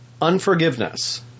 unforgiveness